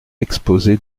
exposé